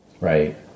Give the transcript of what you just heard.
right